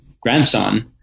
grandson